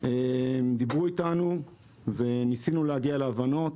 באמת דיברו איתנו וניסינו להגיע להבנות.